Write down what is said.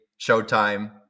showtime